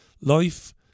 Life